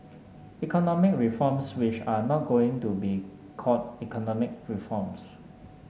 economic reforms which are not going to be called economic reforms